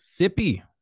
Sippy